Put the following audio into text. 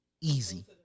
easy